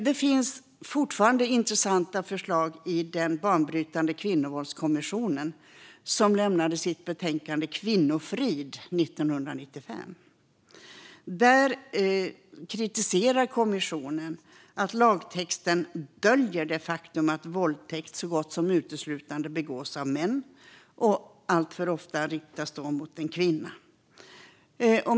Det finns fortfarande intressanta förslag från den banbrytande Kvinnovåldskommissionen, som lämnade sitt betänkande Kvinnofrid 1995. Där kritiserar kommissionen att lagtexten döljer det faktum att våldtäkt så gott som uteslutande begås av män och alltför ofta riktas mot en kvinna.